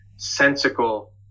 sensical